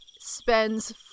spends